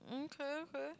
okay okay